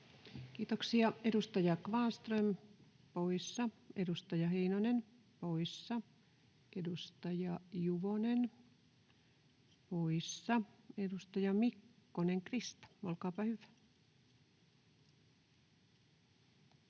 Kiitoksia. — Edustaja Kvarnström poissa, edustaja Heinonen poissa, edustaja Juvonen poissa. — Edustaja Mikkonen, Krista, olkaapa hyvä.